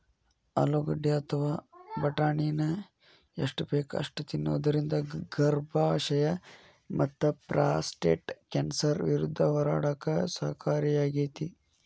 ಆಲೂಗಡ್ಡಿ ಅಥವಾ ಬಟಾಟಿನ ಎಷ್ಟ ಬೇಕ ಅಷ್ಟ ತಿನ್ನೋದರಿಂದ ಗರ್ಭಾಶಯ ಮತ್ತಪ್ರಾಸ್ಟೇಟ್ ಕ್ಯಾನ್ಸರ್ ವಿರುದ್ಧ ಹೋರಾಡಕ ಸಹಕಾರಿಯಾಗ್ಯಾತಿ